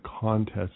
contest